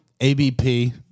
ABP